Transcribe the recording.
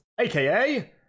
aka